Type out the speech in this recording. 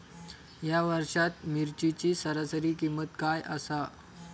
या वर्षात मिरचीची सरासरी किंमत काय आसा?